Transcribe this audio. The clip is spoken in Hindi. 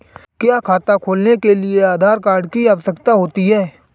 क्या खाता खोलने के लिए आधार कार्ड की आवश्यकता होती है?